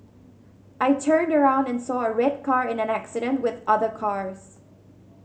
I turned around and saw a red car in an accident with other cars